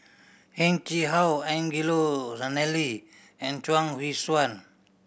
Heng Chee How Angelo Sanelli and Chuang Hui Tsuan